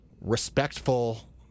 respectful